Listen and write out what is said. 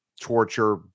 torture